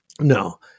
No